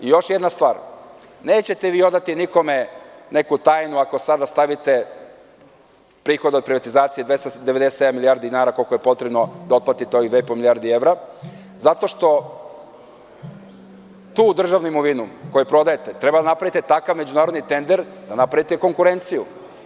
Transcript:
Još jedna stvar, nećete vi odati nikome neku tajnu ako sada stavite prihode od privatizacije 297 milijardi dinara, koliko je potrebno da otplatite ovih 2,5 milijardi evra, zato što tu državnu imovinu koju prodajete treba da napravite takav međunarodni tender, da napravite konkurenciju.